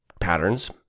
patterns